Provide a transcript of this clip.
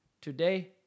today